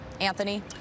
Anthony